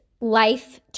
Life